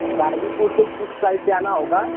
गाज़ीपुर से किस साइड से आना होगा